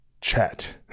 chat